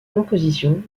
compositions